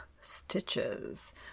stitches